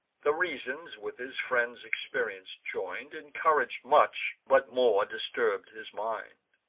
the reasons, with his friend's experience join'd, encourag'd much, but more disturb'd his mind.